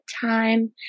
time